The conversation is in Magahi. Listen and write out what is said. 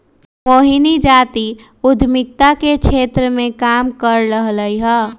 मोहिनी जाति उधमिता के क्षेत्र मे काम कर रहलई ह